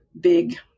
big